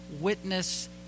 witness